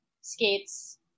skates